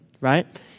right